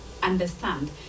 understand